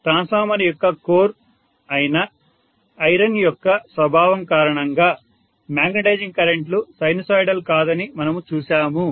transformer యొక్క core అయిన iron యొక్క స్వభావం కారణంగా మాగ్నెటైజింగ్ కరెంట్లు సైనుసోయిడల్ కాదని మనము చూశాము